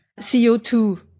CO2